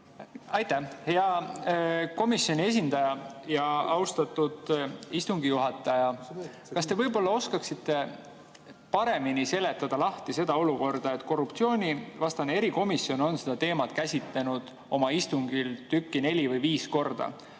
Aitäh! Hea komisjoni esindaja! Austatud istungi juhataja! Kas te võib-olla oskaksite paremini lahti seletada seda olukorda: korruptsioonivastane erikomisjon on seda teemat käsitlenud oma istungil tükki neli või viis korda,